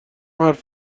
حرف